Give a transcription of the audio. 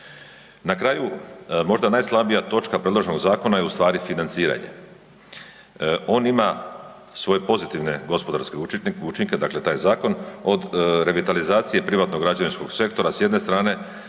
Na kraju možda najslabija točka predloženog zakona je ustvari financiranje. On ima svoje pozitivne gospodarske učinke dakle taj zakon od revitalizacije privatnog građevinskog sektora s jedne strane